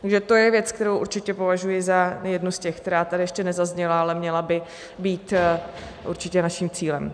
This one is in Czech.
Takže to je věc, kterou určitě považuji za jednu z těch, která tady ještě nezazněla, ale měla by být určitě naším cílem.